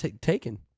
taken